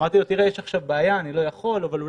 אמרתי לו שיש עכשיו בעיה ושאני לא יכול ושאולי